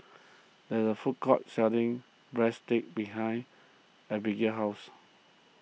there is a food court selling Breadsticks behind Abbigail's house